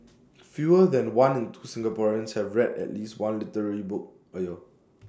fewer than one in two Singaporeans have read at least one literary book A year